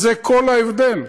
זה כל ההבדל.